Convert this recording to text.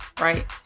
right